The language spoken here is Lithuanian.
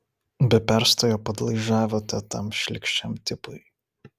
be perstojo padlaižiavote tam šlykščiam tipui